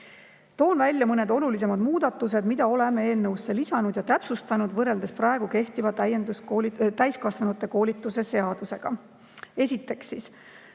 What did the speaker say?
Toon välja mõned olulisemad muudatused, mille oleme eelnõusse lisanud, ja selle, mida oleme täpsustanud võrreldes praegu kehtiva täiskasvanute koolituse seadusega. Esiteks toome